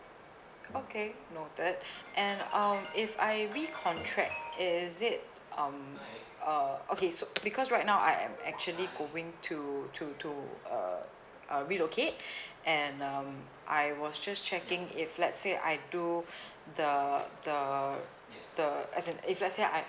okay noted and um if I recontract is it um uh okay so because right now I am actually going to to to uh uh relocate and um I was just checking if let's say I do the the the as in if let's say I